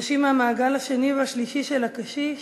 אנשים מהמעגל השני והשלישי של הקשיש,